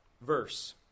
verse